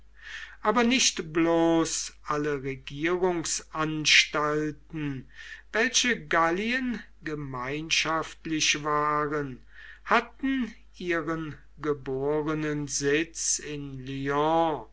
aber nicht bloß alle regierungsanstalten welche gallien gemeinschaftlich waren hatten ihren geborenen sitz in